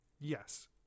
yes